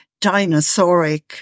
dinosauric